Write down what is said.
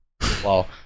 Wow